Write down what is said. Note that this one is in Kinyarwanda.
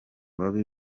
babi